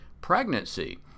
pregnancy